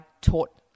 taught